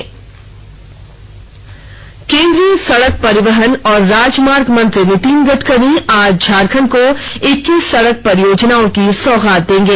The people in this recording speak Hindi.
सड़क उद्घाटन सड़क परिवहन और राजमार्ग मंत्री नीतिन गड़करी आज झारखंड को इक्कीस सड़क परियोजनाओं की सौगात देंगे